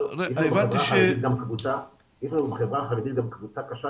יש לנו בחברה החרדית גם קבוצה קשה